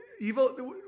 evil